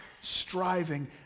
striving